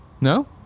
No